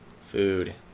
Food